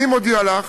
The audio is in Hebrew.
אני מודיע לך